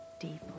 deeply